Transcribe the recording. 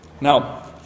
Now